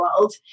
world